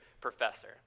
professor